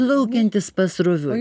plaukiantis pasroviui